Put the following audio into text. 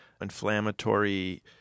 inflammatory